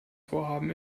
vorhaben